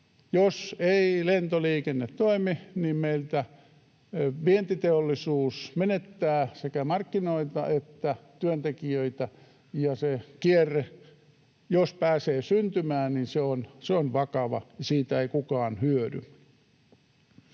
Jos ei lentoliikenne toimi, niin meiltä vientiteollisuus menettää sekä markkinoita että työntekijöitä, ja se kierre, jos se pääsee syntymään, on vakava, ja siitä ei kukaan hyödy.